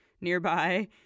nearby